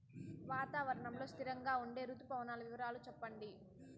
వాతావరణం లో స్థిరంగా ఉండే రుతు పవనాల వివరాలు చెప్పండి?